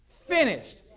finished